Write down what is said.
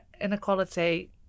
inequality